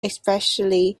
especially